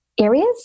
areas